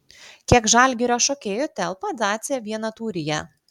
kiek žalgirio šokėjų telpa dacia vienatūryje